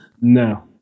No